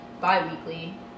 bi-weekly